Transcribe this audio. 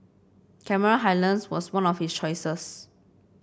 Cameron Highlands was one of his choices